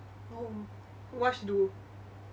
oh what she do